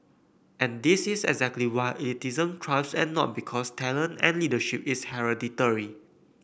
and this is exactly why elitism thrives and not because talent and leadership is hereditary